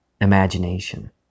imagination